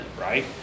right